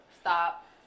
Stop